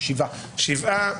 שבעה.